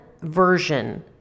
version